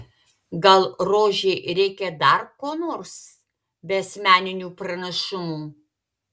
gal rožei reikia dar ko nors be asmeninių pranašumų